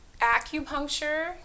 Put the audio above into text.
acupuncture